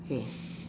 hi